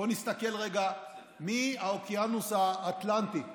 בואו נסתכל רגע מהאוקיינוס האטלנטי: